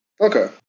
Okay